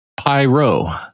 pyro